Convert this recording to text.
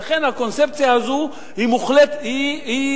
לכן הקונספציה הזו לא נכונה.